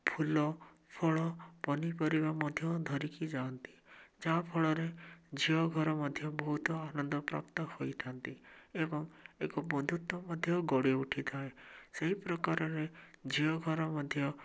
ଫୁଲ ଫଳ ପନିପରିବା ମଧ୍ୟ ଧରିକି ଯାଆନ୍ତି ଯାହା ଫଳରେ ଝିଅ ଘର ମଧ୍ୟ ବହୁତ ଆନନ୍ଦ ପ୍ରାପ୍ତ ହୋଇଥାନ୍ତି ଏବଂ ଏକ ବନ୍ଧୁତ୍ଵ ମଧ୍ୟ ଗଢ଼ି ଉଠିଥାଏ ସେହି ପ୍ରକାରରେ ଝିଅ ଘର ମଧ୍ୟ